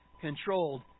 controlled